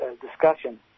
discussion